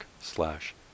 slash